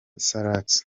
salax